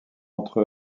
entre